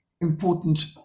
important